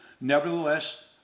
Nevertheless